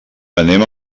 anem